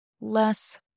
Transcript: less